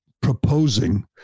proposing